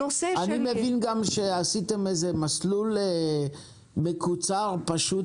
אני מבין שעשיתם מסלול מקוצר ופשוט